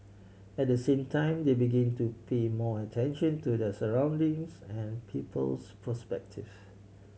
at the same time they begin to pay more attention to their surroundings and people's perspective